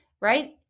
right